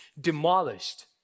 demolished